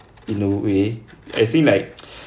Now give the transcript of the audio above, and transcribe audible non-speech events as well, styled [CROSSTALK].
in a way as in [NOISE] like